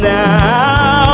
now